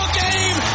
game